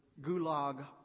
Gulag